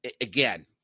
again